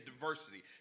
diversity